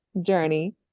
journey